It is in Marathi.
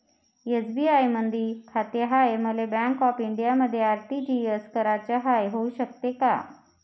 एस.बी.आय मधी खाते हाय, मले बँक ऑफ इंडियामध्ये आर.टी.जी.एस कराच हाय, होऊ शकते का?